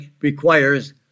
requires